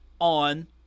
on